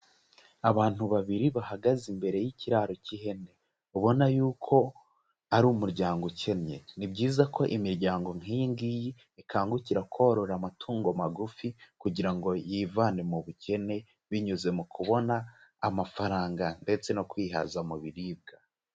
Abantu babiri bahagaze imbere y'ikiraro cy'ihene, ubona yuko ari umuryango ukennye, ni byiza ko imiryango nk'iyi ngiyi ikangukira korora amatungo magufi kugira ngo yivane mu bukene binyuze mu kubona amafaranga ndetse no kwihaza mu biribwa.